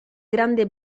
grande